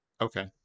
okay